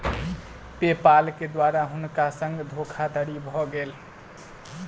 पे पाल के द्वारा हुनका संग धोखादड़ी भ गेल